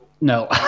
No